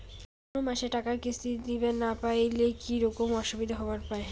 কোনো মাসে কিস্তির টাকা দিবার না পারিলে কি রকম অসুবিধা হবার পায়?